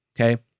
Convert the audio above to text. Okay